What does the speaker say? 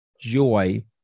joy